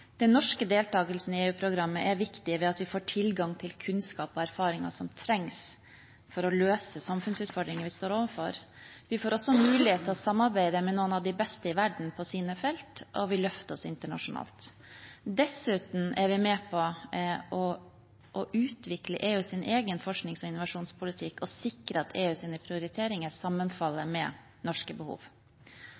Den norske deltakelsen i EU-programmet er viktig ved at vi får tilgang til kunnskap og erfaringer som trengs for å løse samfunnsutfordringer vi står overfor. Vi får også mulighet til å samarbeide med noen av de beste i verden på sine felt, og vi løfter oss internasjonalt. Dessuten er vi med på å utvikle EUs egen forsknings- og innovasjonspolitikk og sikre at EUs prioriteringer sammenfaller